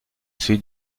celui